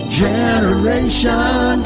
generation